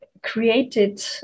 created